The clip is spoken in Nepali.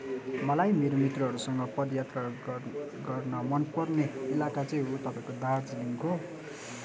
मलाई मेरो मित्रहरूसँग पदयात्रा गर गर्न मनपर्ने इलाका चाहिँ हो तपाईँको दार्जिलिङको